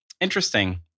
interesting